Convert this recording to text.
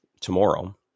tomorrow